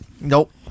Nope